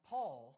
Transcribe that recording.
Paul